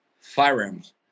firearms